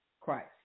Christ